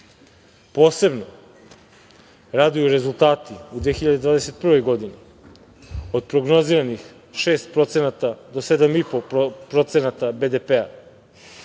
Posebno raduju rezultati u 2021. godini, od prognoziranih 6% do 7,5%